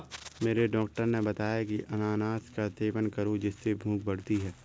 मेरे डॉक्टर ने बताया की अनानास का सेवन करो जिससे भूख बढ़ती है